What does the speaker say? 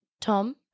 Tom